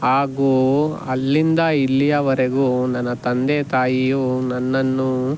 ಹಾಗೂ ಅಲ್ಲಿಂದ ಇಲ್ಲಿಯವರೆಗೂ ನನ್ನ ತಂದೆ ತಾಯಿಯು ನನ್ನನ್ನು